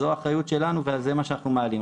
זו האחריות שלנו ועל זה מה שאנחנו מעלים.